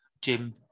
jim